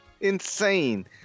Insane